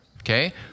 Okay